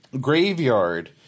Graveyard